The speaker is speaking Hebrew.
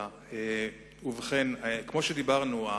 כמו שאמרנו,